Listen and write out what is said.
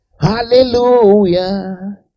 Hallelujah